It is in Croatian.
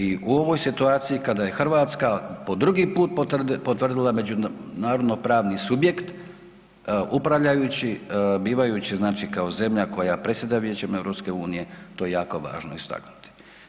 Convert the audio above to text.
I u ovoj situaciji kada je Hrvatska po drugi puta potvrdila međunarodno pravni subjekt, upravljajući, bivajući znači kao zemlja koja predsjeda Vijećem EU to je jako važno istaknuti.